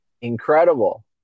Incredible